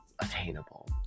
attainable